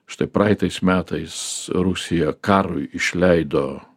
štai praeitais metais rusija karui išleido